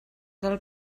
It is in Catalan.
del